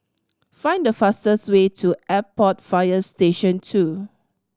find the fastest way to Airport Fire Station Two